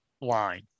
line